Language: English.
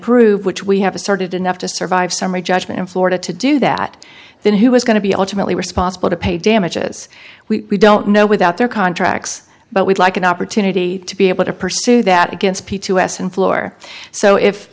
prove which we have asserted enough to survive summary judgment in florida to do that then who is going to be ultimately responsible to pay damages we don't know without their contracts but we'd like an opportunity to be able to pursue that against